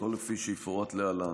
הכול כפי שיפורט להלן.